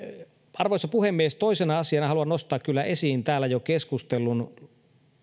arvoisa puhemies toisena asiana haluan nostaa kyllä esiin täällä jo keskustellun